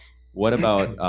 what about,